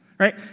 Right